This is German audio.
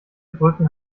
brücken